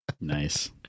Nice